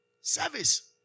Service